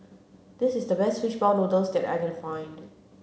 this is the best fish ball noodles that I can find